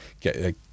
get